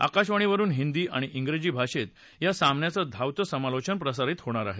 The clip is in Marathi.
आकाशवाणीवरून हिंदी आणि इंग्रजी भाषेत या सामन्याचं धावतं समालोचन प्रसारित होणार आहे